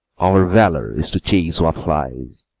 our valour is to chase what flies